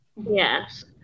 Yes